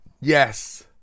Yes